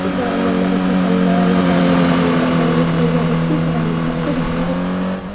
गरम महिनाको सिजनमा या जाडो महिना हामीले घरबाट निक्लिने जरुरत पनि छैन हाम्रो सबै घरमै आइपुग्छ